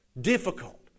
difficult